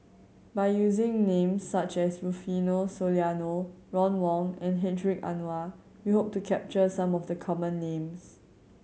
by using names such as Rufino Soliano Ron Wong and Hedwig Anuar we hope to capture some of the common names